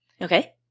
okay